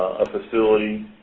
a facility.